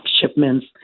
shipments